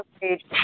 page